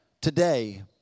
Today